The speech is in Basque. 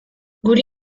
guri